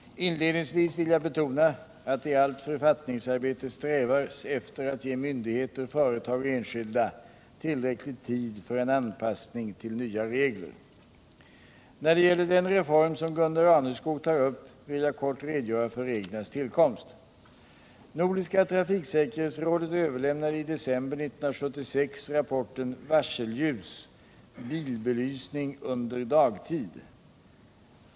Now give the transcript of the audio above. Inledningsvis vill jag betona att det i allt författningsarbete strävas efter att ge myndigheter, företag och enskilda tillräcklig tid för en anpassning till nya regler. När det gäller den reform som Gunde Raneskog tar upp vill jag kort redogöra för reglernas tillkomst. Nordiska trafiksäkerhetsrådet överlämnade i december 1976 rapporten Varselljus — bilbelysning under dagtid.